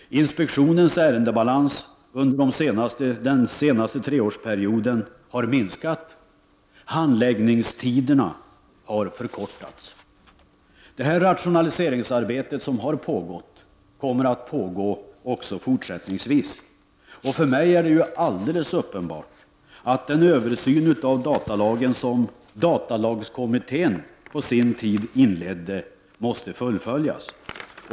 Inspektionens ärendebalans under den senaste treårsperioden har minskats. Handläggningstiderna har förkortats. Detta rationaliseringsarbete fortsätter. För mig är det helt uppenbart att den översyn av datalagen som datalagskommittén inledde måste fullföljas.